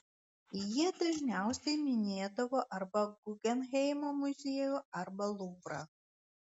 jie dažniausiai minėdavo arba guggenheimo muziejų arba luvrą